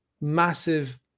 massive